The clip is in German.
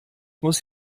muss